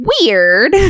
weird